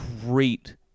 great